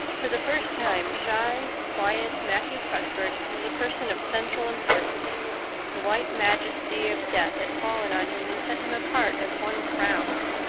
for the first time shy, quiet matthew cuthbert was a person of central importance the white majesty of death had fallen on him and set him apart as one crowned.